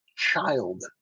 child